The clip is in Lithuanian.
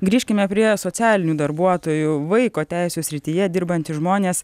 grįžkime prie socialinių darbuotojų vaiko teisių srityje dirbantys žmonės